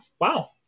Wow